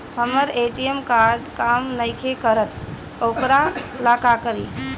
हमर ATM card काम नईखे करत वोकरा ला का करी?